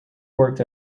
worked